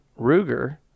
Ruger